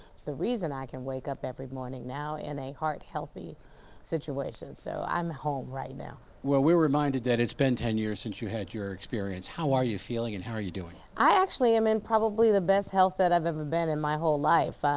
it's the reason i can wake up every morning now in a heart healthy situation, so i'm home right now. well, we're reminded that it's been ten years since you had your experience. how are you feeling and how are you doing? i actually am in probably the best health that i've ever been in my whole life.